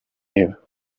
you